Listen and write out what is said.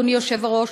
אדוני היושב-ראש,